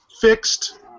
fixed